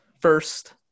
First